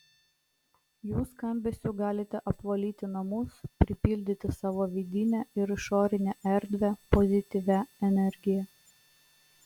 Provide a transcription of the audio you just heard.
jų skambesiu galite apvalyti namus pripildyti savo vidinę ir išorinę erdvę pozityvia energija